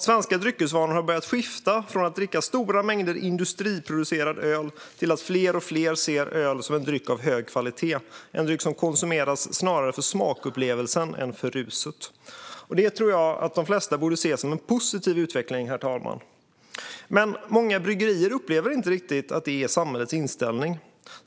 Svenska dryckesvanor har börjat skifta från att man dricker stora mängder industriproducerad öl till att fler och fler ser ölen som en dryck av hög kvalitet som konsumeras snarare för smakupplevelsen än för ruset. Detta tror jag att de flesta ser som en positiv utveckling, herr talman. Men många bryggerier upplever inte riktigt att det är samhällets inställning.